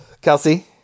Kelsey